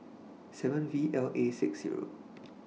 seven V L A six Zero